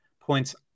points